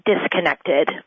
disconnected